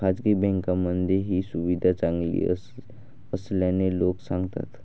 खासगी बँकांमध्ये ही सुविधा चांगली असल्याचे लोक सांगतात